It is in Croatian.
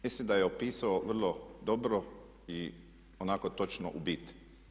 Mislim da je opisao vrlo dobro i onako točno u bit.